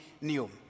new